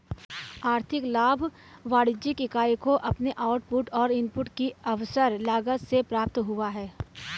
आर्थिक लाभ वाणिज्यिक इकाई को अपने आउटपुट और इनपुट की अवसर लागत से प्राप्त हुआ है